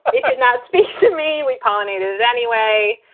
but you did not speak to me. we pollinated. anyway,